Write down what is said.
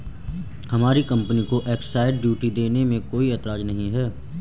हमारी कंपनी को excise duty देने में कोई एतराज नहीं है